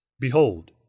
Behold